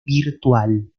virtual